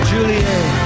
Juliet